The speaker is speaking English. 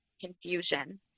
confusion